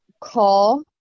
call